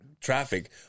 traffic